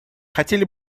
хотели